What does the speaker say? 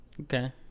okay